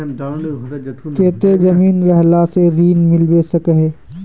केते जमीन रहला से ऋण मिलबे सके है?